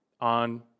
on